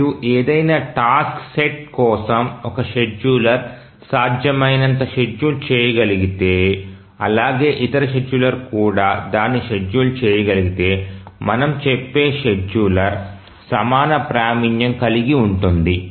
మరియు ఏదైనా task set కోసం ఒక షెడ్యూలర్ సాధ్యమైనంత షెడ్యూల్ చేయగలిగితే అలాగే ఇతర షెడ్యూలర్ కూడా దాన్ని షెడ్యూల్ చేయగలిగితే మనము చెప్పే షెడ్యూలర్ సమాన ప్రావీణ్యం కలిగి ఉంటుంది